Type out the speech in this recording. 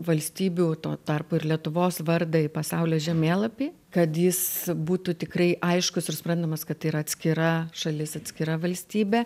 valstybių tuo tarpu ir lietuvos vardą į pasaulio žemėlapį kad jis būtų tikrai aiškus ir suprantamas kad tai yra atskira šalis atskira valstybė